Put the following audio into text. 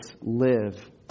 live